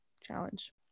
challenge